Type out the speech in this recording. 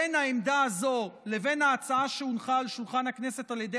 בין העמדה הזאת לבין ההצעה שהונחה על שולחן הכנסת על ידי